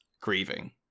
grieving